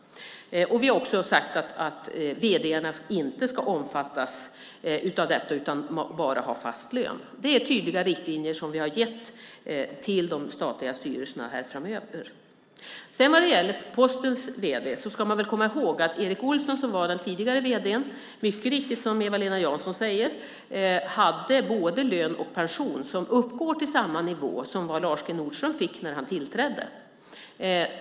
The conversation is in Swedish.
Vi har också sagt att vd:arna inte ska omfattas av detta utan bara ha fast lön. Det är tydliga riktlinjer som vi har gett till de statliga styrelserna framöver. Vad gäller Postens vd ska man komma ihåg att Erik Olsson som var den tidigare vd:n, som Eva-Lena Jansson mycket riktigt säger, hade både lön och pension som uppgår till samma nivå som Lars G. Nordström fick när han tillträdde.